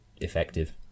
effective